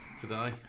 today